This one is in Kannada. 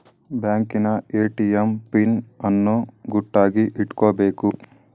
ಬ್ಯಾಂಕಿನ ಎ.ಟಿ.ಎಂ ಪಿನ್ ಅನ್ನು ಗುಟ್ಟಾಗಿ ಇಟ್ಕೊಬೇಕು